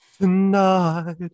Tonight